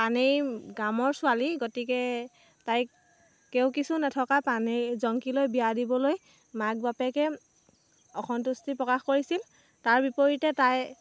পানেই গামৰ ছোৱালী গতিকে তাইক কেও কিছু নথকা পানেই জঙ্কিলৈ বিয়া দিবলৈ মাক বাপেকে অসন্তুষ্টি প্ৰকাশ কৰিছিল তাৰ বিপৰীতে তাই